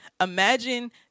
Imagine